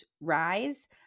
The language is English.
rise